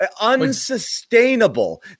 Unsustainable